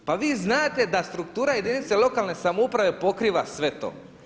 Pa vi znate da struktura jedinica lokalne samouprave pokriva sve to.